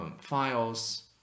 files